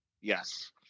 Yes